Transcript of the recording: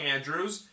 Andrews